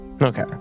okay